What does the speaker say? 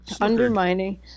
undermining